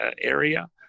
area